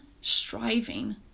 striving